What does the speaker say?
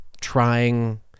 trying